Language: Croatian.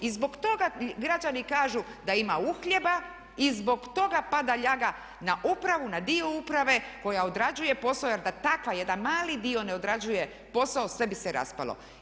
I zbog toga građani kažu da ima uhljeba i zbog toga pada ljaga na upravu, na dio uprave koja odrađuje posao jer da takav jedan mali dio ne odrađuje posao sve bi se raspalo.